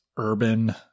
Urban